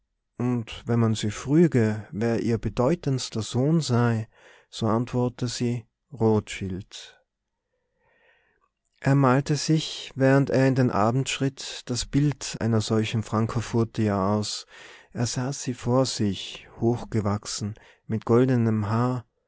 und wenn man sie früge wer ihr bedeutendster sohn sei so antworte sie rothschild er malte sich während er in den abend schritt das bild einer solchen francofurtia aus er sah sie vor sich hochgewachsen mit goldenem haar